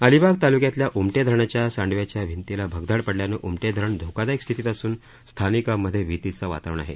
अलिबाग तालुक्यातल्या उमटे धरणाच्या सांडव्याच्या भिंतीला भगदाड पडल्यानं उमटे धरण धोकादायक स्थितीत असून स्थानिकांमध्ये भीतीचं वातावरण आहे